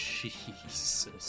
Jesus